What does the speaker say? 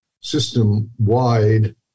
system-wide